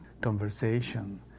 conversation